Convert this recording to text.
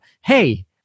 hey